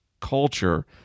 culture